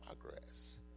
progress